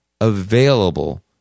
available